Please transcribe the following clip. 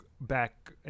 back